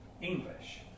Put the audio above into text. English